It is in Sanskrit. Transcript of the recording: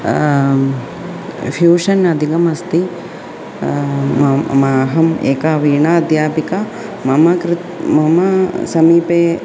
फ्य़ूषन् अधिकम् अस्ति म मह्यम् एका वीणा अध्यापिका मम कृते मम समीपे